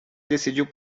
decidiu